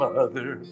Mother